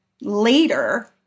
later